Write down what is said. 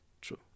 True